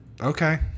Okay